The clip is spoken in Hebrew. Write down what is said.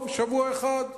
טוב, שבוע אחד,